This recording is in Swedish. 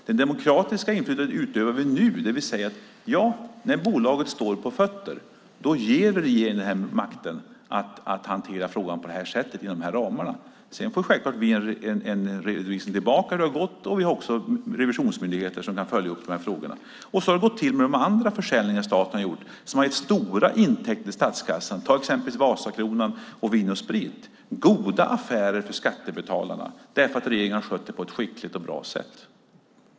Det demokratiska inflytandet utövar vi nu, det vill säga att när bolaget står på fötter ger vi regeringen makten att hantera frågan på detta sätt och inom dessa ramar. Sedan får vi självklart en redovisning av hur det gått, och vi har även revisionsmyndigheter som kan följa upp frågorna. Så har det gått till vid andra försäljningar som staten har gjort och som gett stora intäkter till statskassan. Som exempel kan nämnas Vasakronan och Vin & Sprit. Det var goda affärer för skattebetalarna eftersom regeringen skötte det på ett skickligt och bra sätt.